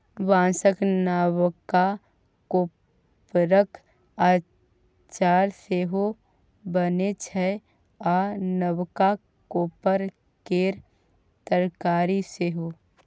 बाँसक नबका कोपरक अचार सेहो बनै छै आ नबका कोपर केर तरकारी सेहो